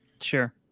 Sure